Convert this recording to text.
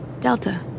Delta